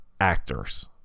actors